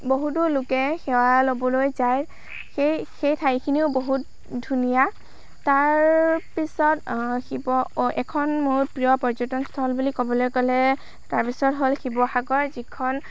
বহুতো লোকে সেৱা ল'বলৈ যায় সেই সেই ঠাইখিনিও বহুত ধুনীয়া তাৰপিছত শিৱ অ এখন মোৰ প্ৰিয় পৰ্য্য়টন স্থল বুলি ক'বলৈ গ'লে তাৰপিছত হ'ল শিৱসাগৰ যিখন